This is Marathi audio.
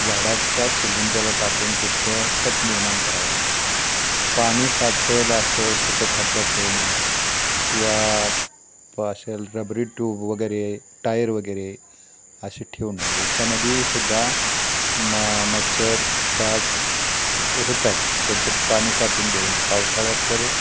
झाडाच्या बुंध्याला टाकून त्याचं खत निर्माण करावं पाणी साचेल असं कुठं खड्डा ठेवू नये किंवा असे रबरी ट्यूब वगैरे टायर वगैरे असे ठेवू नये याच्यामध्ये सुद्धा म मच्छर डास होतात त्याच्यात पाणी साठून देऊ नये पावसाळ्यात तर